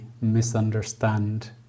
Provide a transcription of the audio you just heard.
misunderstand